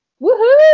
Woohoo